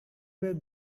were